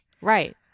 right